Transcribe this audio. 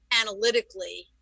analytically